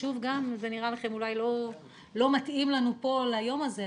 זה נראה לכם אולי לא מתאים לנו פה ליום הזה,